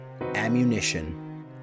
ammunition